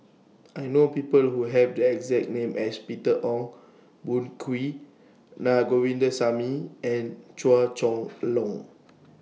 I know People Who Have The exact name as Peter Ong Boon Kwee Na Govindasamy and Chua Chong Long